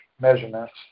measurements